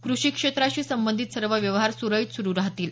कृषी क्षेत्राशी संबंधित सर्व व्यवहार सुरळीत सुरु राहतील